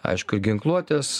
aišku ir ginkluotės